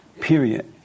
Period